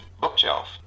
Bookshelf